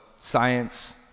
science